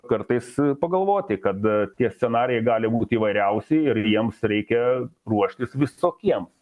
kartais pagalvoti kada tie scenarijai gali būti įvairiausi ir jiems reikia ruoštis visokiems